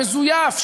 מזויף,